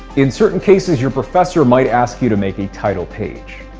in certain cases, your professor might ask you to make a title page.